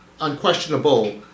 Unquestionable